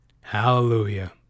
Hallelujah